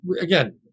again